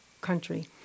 country